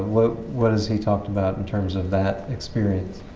what what has he talked about in terms of that experience?